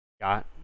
got